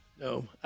No